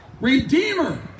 Redeemer